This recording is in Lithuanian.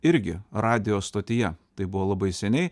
irgi radijo stotyje tai buvo labai seniai